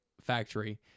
factory